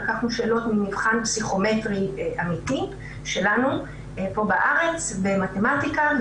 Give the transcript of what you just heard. לקחנו שאלות ממבחן פסיכומטרי אמיתי שלנו פה בארץ במתמטיקה,